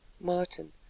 Martin